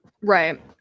Right